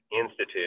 Institute